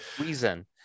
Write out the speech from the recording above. reason